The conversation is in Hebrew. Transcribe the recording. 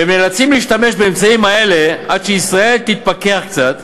והם נאלצים להשתמש באמצעים האלה עד שישראל תתפכח קצת,